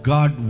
God